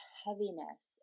heaviness